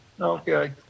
Okay